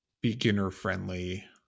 beginner-friendly